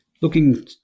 looking